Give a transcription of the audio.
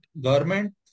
government